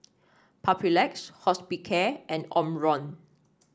Papulex Hospicare and Omron